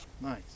Nice